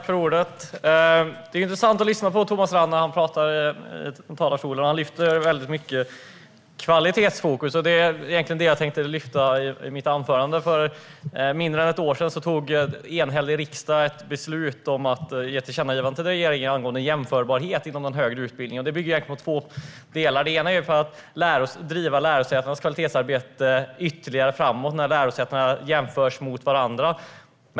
Fru talman! Det är intressant att lyssna på Thomas Strand när han talar i talarstolen. Han lyfter väldigt mycket fram kvalitetsfokus. Det var egentligen det jag tänkte lyfta fram i mitt anförande. För mindre än ett år sedan fattade en enhällig riksdag ett beslut om att ge ett tillkännagivande till regeringen angående jämförbarhet inom den högre utbildningen. Det bygger egentligen på två delar. Det ena är att driva lärosätenas kvalitetsarbete ytterligare framåt när lärosätena jämförs mot varandra.